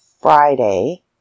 Friday